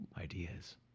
ideas